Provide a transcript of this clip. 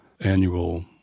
annual